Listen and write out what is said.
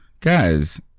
guys